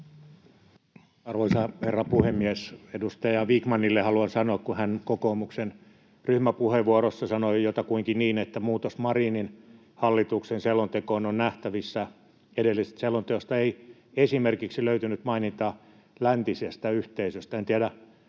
Arvoisa herra puhemies! Edustaja Vikmanille haluan sanoa, kun hän kokoomuksen ryhmäpuheenvuorossa sanoi jotakuinkin niin, että muutos Marinin hallituksen selontekoon on nähtävissä, edellisestä selonteosta ei esimerkiksi löytynyt mainintaa läntisestä yhteisöstä: [Sofia